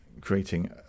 creating